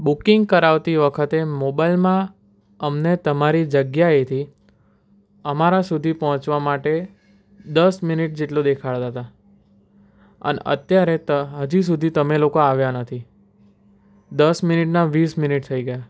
booking કરાવતી વખતે મોબાઇલમાં અમને તમારી જગ્યાએથી અમારા સુધી પહોંચવા માટે દસ મિનિટ જેટલું દેખાડતા હતા અને અત્યારે ત હજી સુધી તમે લોકો આવ્યા નથી દસ મિનિટના વીસ મિનિટ થઈ ગયા